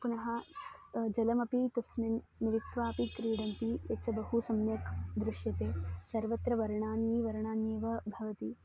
पुनः जलमपि तस्मिन् मिलित्वापि क्रीडन्ति यच्च बहु सम्यक् दृश्यते सर्वत्र वर्णाः वर्णाः एव भवन्ति